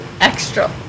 extra